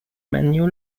manual